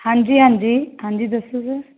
ਹਾਂਜੀ ਹਾਂਜੀ ਹਾਂਜੀ ਦੱਸੋ ਸਰ